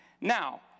Now